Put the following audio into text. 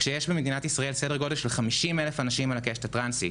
כשיש במדינת ישראל כ-50,000 אנשים על הקשת הטרנסית